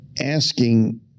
asking